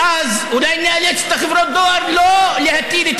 ואז אולי נאלץ את חברות הדואר לא להטיל את